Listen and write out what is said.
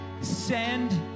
send